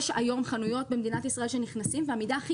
יש היום חנויות במדינת ישראל שנכנסים והמידה הכי